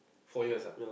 four years ah